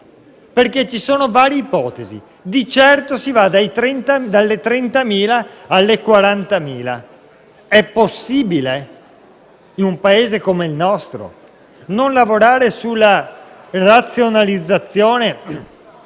perché ci sono varie ipotesi. Di certo si va dalle 30.000 alle 40.000. È possibile, in un Paese come il nostro, non lavorare sulla razionalizzazione